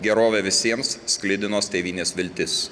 gerove visiems sklidinos tėvynės viltis